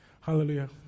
Hallelujah